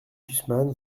gusman